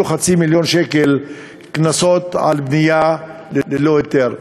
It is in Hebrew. חצי מיליון שקל קנסות על בנייה ללא היתר.